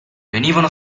venivano